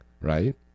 Right